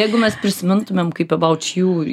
jeigu mes prisimintumėm kaip about you